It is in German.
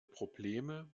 probleme